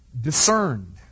discerned